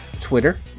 twitter